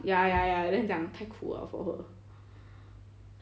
ya ya ya then 他讲太苦 liao for her